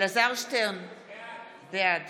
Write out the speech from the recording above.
אלעזר שטרן, בעד